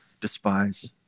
despise